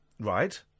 Right